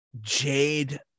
jade